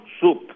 soup